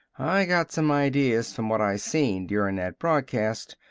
i got some ideas from what i seen during that broadcast.